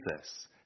Jesus